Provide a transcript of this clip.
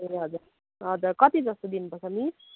ए हजुर हजुर कति जस्तो दिनुपर्छ मिस